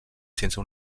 sense